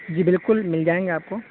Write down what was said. جی بالکل مل جائیں گے آپ کو